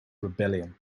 rebellion